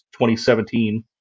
2017